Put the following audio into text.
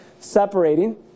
separating